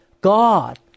God